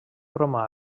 romà